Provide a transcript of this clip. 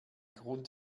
grund